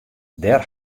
dêr